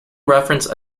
reference